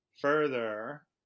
further